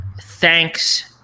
thanks